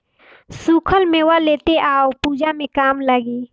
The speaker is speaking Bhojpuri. सुखल मेवा लेते आव पूजा में काम लागी